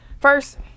First